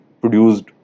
produced